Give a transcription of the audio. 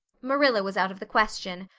marilla was out of the question.